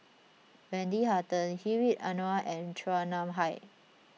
Wendy Hutton Hedwig Anuar and Chua Nam Hai